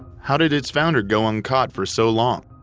how did its founder go uncaught for so long?